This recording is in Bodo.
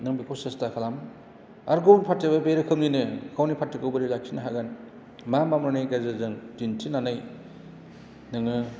नों बेखौ सेस्था खालाम आरो गुबुन पार्टीआबो बे रोखोमनिनो गावनि पार्टिखौ बोरै लाखिनो हागोन मा मा मावनायनि गेजेरजों दिन्थिनानै नोङो